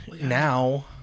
Now